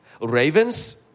Ravens